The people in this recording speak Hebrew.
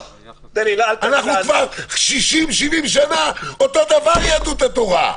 אנחנו כבר 60 70 שנה אותו דבר, יהדות התורה.